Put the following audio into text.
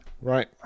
Right